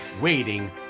waiting